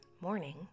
morning